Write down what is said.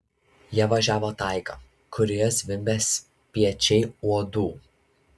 jie važiavo taiga kurioje zvimbė spiečiai uodų